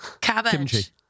cabbage